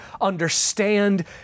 understand